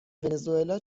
ونزوئلا